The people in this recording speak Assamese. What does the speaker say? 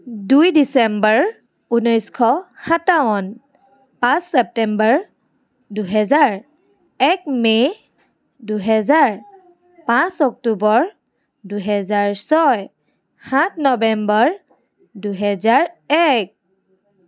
দুই ডিচেম্বৰ ঊনৈছশ সাতাৱন্ন পাঁচ ছেপ্টেম্বৰ দুহেজাৰ এক মে' দুহেজাৰ পাঁচ অক্টোবৰ দুহেজাৰ ছয় সাত নৱেম্বৰ দুহেজাৰ এক